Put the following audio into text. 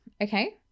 okay